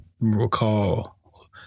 Recall